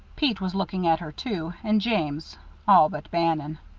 pete was looking at her, too, and james all but bannon.